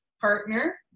partner